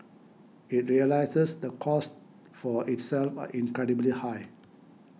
it realises the costs for itself are incredibly high